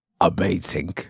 Amazing